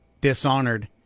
dishonored